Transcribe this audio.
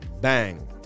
bang